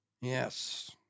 Yes